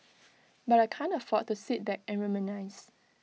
but I can't afford to sit back and reminisce